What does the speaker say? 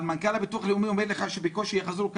אבל מנכ"ל הביטוח הלאומי אומר לך שבקושי יחזרו,